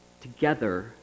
together